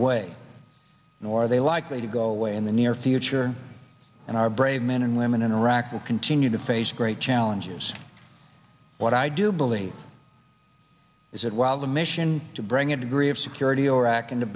away nor are they likely to go away in the near future and our brave men and women in iraq will continue to face great challenges what i do believe is that while the mission to bring it agree of security or actin